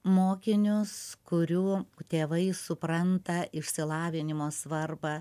mokinius kurių tėvai supranta išsilavinimo svarbą